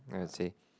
I'd say